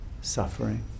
suffering